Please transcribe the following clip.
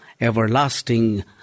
everlasting